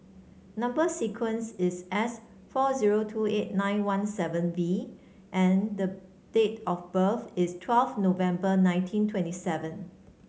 number sequence is S four zero two eight nine one seven V and the date of birth is twelve November nineteen twenty seven